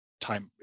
time